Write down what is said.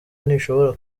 ntishobora